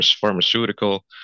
pharmaceutical